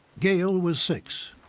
gail was six.